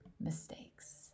mistakes